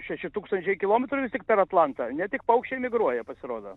šeši tūkstančiai kilometrų ir tik per atlantą ne tik paukščiai migruoja pasirodo